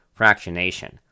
Fractionation